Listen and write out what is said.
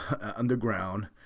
underground